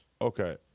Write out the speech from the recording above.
Okay